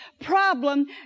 problem